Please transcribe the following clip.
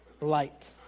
light